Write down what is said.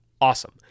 awesome